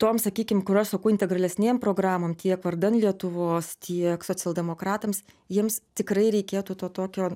toms sakykim kurios suku integralesnėm programom tiek vardan lietuvos tiek socialdemokratams jiems tikrai reikėtų to tokio